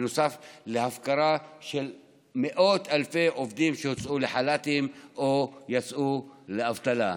נוסף להפקרה של מאות אלפי עובדים שהוצאו לחל"ת או יצאו לאבטלה.